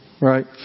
right